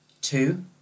Two